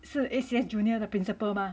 是 A_C_S junior 的 principal mah